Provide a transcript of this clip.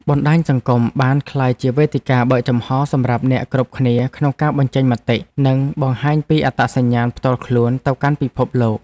បណ្តាញសង្គមបានក្លាយជាវេទិកាបើកចំហសម្រាប់គ្រប់គ្នាក្នុងការបញ្ចេញមតិ និងបង្ហាញពីអត្តសញ្ញាណផ្ទាល់ខ្លួនទៅកាន់ពិភពលោក។